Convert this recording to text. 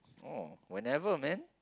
oh whenever man